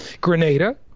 Grenada